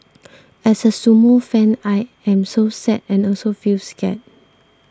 as a sumo fan I am so sad and also feel scared